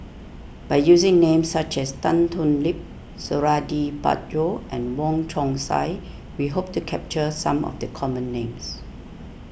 by using names such as Tan Thoon Lip Suradi Parjo and Wong Chong Sai we hope to capture some of the common names